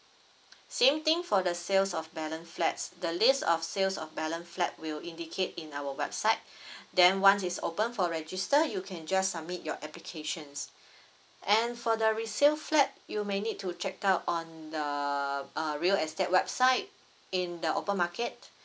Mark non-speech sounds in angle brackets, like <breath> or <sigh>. same thing for the sales of balance flats the list of sales of balance flat will indicate in our website <breath> then once it's open for register you can just submit your applications and for the resale flat you may need to check out on the uh real estate website in the open market